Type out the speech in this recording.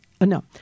no